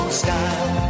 style